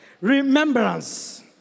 Remembrance